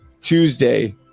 Tuesday